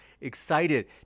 Excited